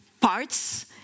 parts